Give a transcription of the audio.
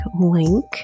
link